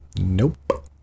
Nope